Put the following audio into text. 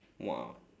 one